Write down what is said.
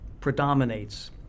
predominates